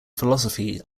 philosophy